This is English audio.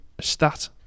stat